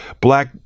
black